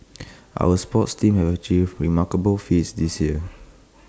our sports teams have achieved remarkable feats this year